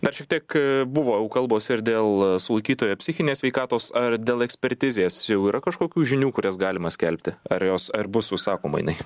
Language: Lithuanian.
dar šiek tiek buvo jau kalbos ir dėl sulaikytojo psichinės sveikatos ar dėl ekspertizės jau yra kažkokių žinių kurias galima skelbti ar jos ar bus užsakoma jinai